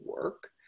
work